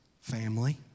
family